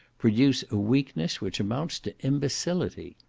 produce a weakness which amounts to imbecility.